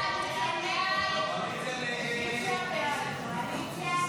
הסתייגות 3 לא נתקבלה.